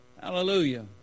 Hallelujah